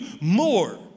more